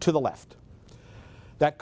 to the left that